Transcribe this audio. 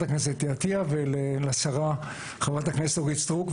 הכנסת אתי עטייה ולשרה אורית סטרוק,